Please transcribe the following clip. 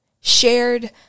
shared